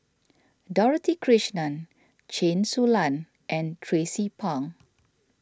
Dorothy Krishnan Chen Su Lan and Tracie Pang